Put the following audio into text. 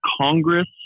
Congress